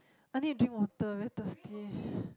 I need to drink water very thirsty eh